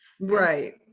Right